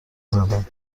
زدم